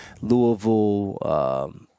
Louisville